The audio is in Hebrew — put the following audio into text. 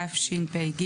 התשפ"ג